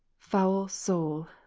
foul soul,